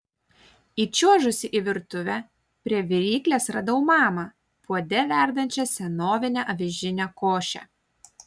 įčiuožusi į virtuvę prie viryklės radau mamą puode verdančią senovinę avižinę košę